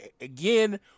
again